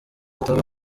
batabwa